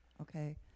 okay